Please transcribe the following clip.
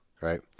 Right